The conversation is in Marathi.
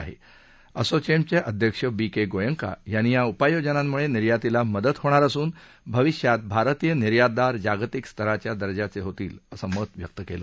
आसोचेमचे अध्यक्ष बी के गोएंका यांनी या उपाययोजनांमुळे निर्यातीला मदत होणार असून भविष्यात भारतीय निर्यातदार जागतिक स्तराच्या दर्जाचे होतील असं मत व्यक्त केलं